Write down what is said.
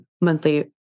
monthly